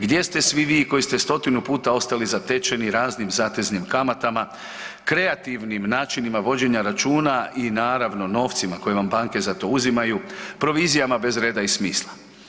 Gdje ste svi vi koji ste stotinu puta ostali zatečeni raznim zateznim kamatama, kreativnim načinima vođenja računa i naravno novcima koje vam banke za to uzimaju, provizijama bez reda i smisla?